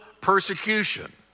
persecution